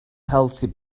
healthy